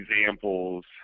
examples